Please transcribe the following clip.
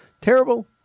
Terrible